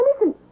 listen